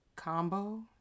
combo